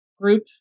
group